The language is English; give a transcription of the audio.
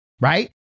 right